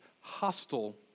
hostile